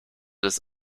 des